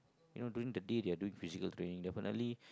you know doing the date you are doing physical training definitely